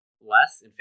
less